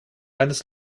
eines